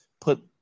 put